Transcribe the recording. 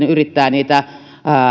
yrittää niitä